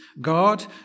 God